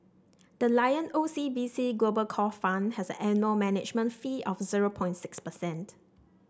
the Lion O C B C Global Core Fund has an annual management fee of zero point six percent